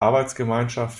arbeitsgemeinschaft